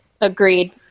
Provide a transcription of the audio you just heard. Agreed